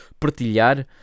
partilhar